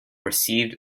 received